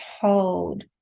told